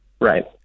Right